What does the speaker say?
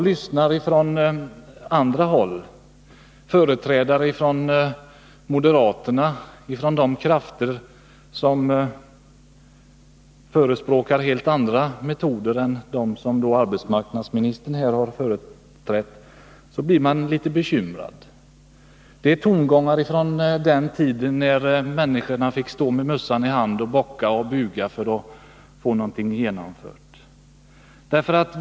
Lyssnar man på moderater — företrädare för de krafter som förespråkar helt andra metoder än dem som arbetsmarknadsministern talat för — blir man litet bekymrad. Det rör sig om tongångar från den tid då människorna fick stå med mössan i hand och bocka och buga för att få någonting genomfört.